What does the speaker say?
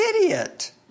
idiot